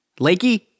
Lakey